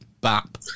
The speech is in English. bap